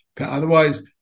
Otherwise